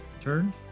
turn